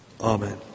Amen